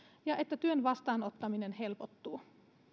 ja jotta työn vastaanottaminen helpottuu